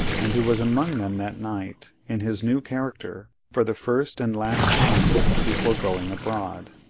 and who was among them that night, in his new character, for the first and last time before going abroad.